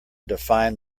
define